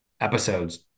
episodes